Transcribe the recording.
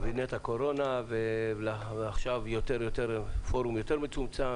ועכשיו פורום יותר מצומצם,